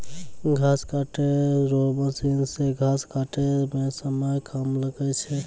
घास काटै रो मशीन से घास काटै मे समय कम लागै छै